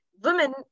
women